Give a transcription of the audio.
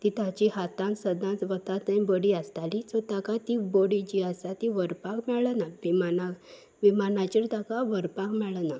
ती ताची हातांत सदांच वता थंय बडी आसताली सो ताका ती बडी जी आसा ती व्हरपाक मेळना विमान विमानाचेर ताका व्हरपाक मेळना